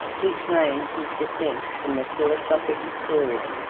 he claimed his descent from the philosophic historian,